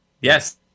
Yes